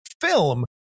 film